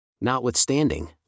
Notwithstanding